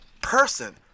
person